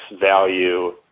value